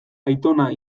aitona